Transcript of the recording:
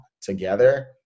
together